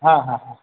হ্যাঁ হ্যাঁ হ্যাঁ